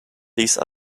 these